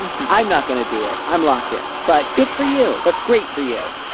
i'm not going to do it. i'm locked in. but good for you. that's great for you.